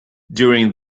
during